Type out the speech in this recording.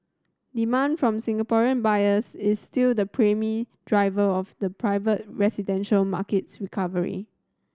demand from Singaporean buyers is still the primary driver of the private residential market's recovery